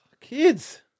kids